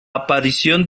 aparición